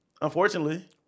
Unfortunately